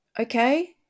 okay